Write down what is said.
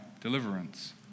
deliverance